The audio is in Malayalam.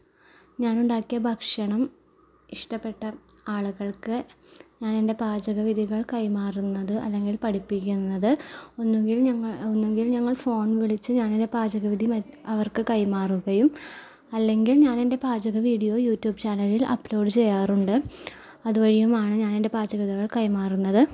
ഞാനുണ്ടാക്കിയ ഭക്ഷണം ഇഷ്ടപ്പെട്ട ആള്കൾക്ക് ഞാനെൻ്റെ പാചക വിധികൾ കൈമാറുന്നത് അല്ലെങ്കിൽ പഠിപ്പിക്കുന്നത് ഒന്നെങ്കിൽ ഞങ്ങൾ ഒന്നെങ്കിൽ ഞങ്ങൾ ഫോൺ വിളിച്ച് എൻ്റെ പാചകവിധി അവർക്ക് കൈമാറുകയും അല്ലെങ്കിൽ ഞാനെൻ്റെ പാചകവിഡിയോ യൂറ്റൂബ് ചാനലിൽ അപ്ലോഡ് ചെയ്യാറുണ്ട് അതുവഴിയുമാണ് ഞാനെൻ്റെ പാചകവിധികൾ കൈമാറുന്നത്